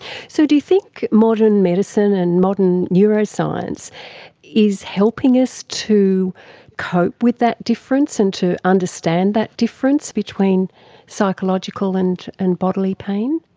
so do you think modern medicine and modern neuroscience is helping us to cope with that difference and to understand that difference between psychological and and bodily pain?